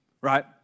right